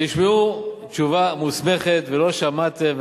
אז תשמעו תשובה מוסמכת ולא שמעתם,